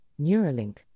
Neuralink